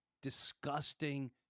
disgusting